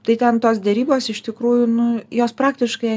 tai ten tos derybos iš tikrųjų nu jos praktiškai